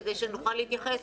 כדי שנוכל להתייחס,